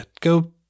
go